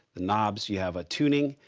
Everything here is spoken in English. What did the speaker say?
the knobs, you have a tuning,